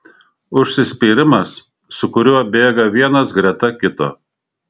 užsispyrimas su kuriuo bėga vienas greta kito